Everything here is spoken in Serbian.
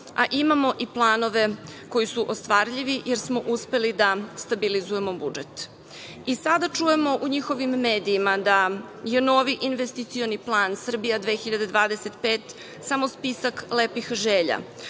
a imamo i planove koji su ostvarljivi, jer smo uspeli da stabilizujemo budžet.I sada čujemo u njihovim medijima da je novi investicioni plan Srbija 2025. samo spisak lepih želja,